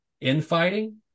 infighting